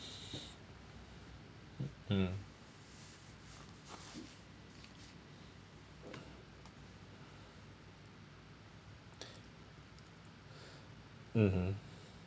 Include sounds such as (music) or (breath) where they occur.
mm (breath) mmhmm